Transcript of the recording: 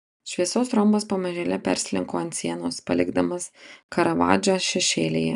šviesos rombas pamažėle perslinko ant sienos palikdamas karavadžą šešėlyje